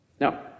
Now